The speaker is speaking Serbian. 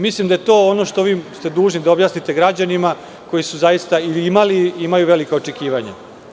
Mislim da je to ono što ste dužni da objasnite građanima koji su zaista imali i imaju velika očekivanja.